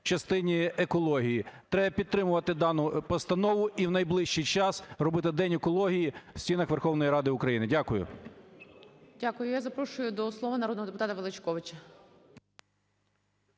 частині екології. Треба підтримувати дану постанову. І в найближчий час робити день екології в станах Верховної Ради України. Дякую. ГОЛОВУЮЧИЙ. Дякую. Я запрошую до слова народного депутата Величковича.